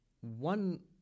one